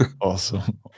Awesome